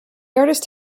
artist